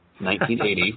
1980